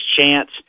chance